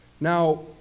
Now